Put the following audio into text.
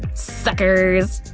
suckers!